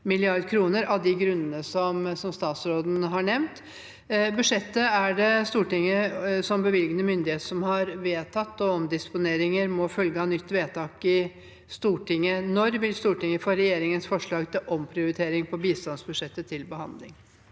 av de grunnene som statsråden har nevnt. Budsjettet er det Stortinget som bevilgende myndighet som har vedtatt, og omdisponeringer må følge av nytt vedtak i Stortinget. Når vil Stortinget få regjeringens forslag til omprioritering på bistandsbudsjettet til behandling?